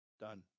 done